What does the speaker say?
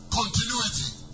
continuity